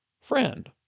friend